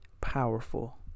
powerful